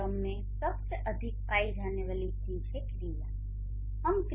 इस क्रम में सबसे अधिक पाई जाने वाली चीज है 'क्रिया'